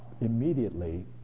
immediately